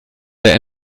der